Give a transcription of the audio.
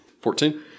Fourteen